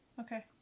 Okay